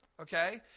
okay